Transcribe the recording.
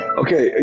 okay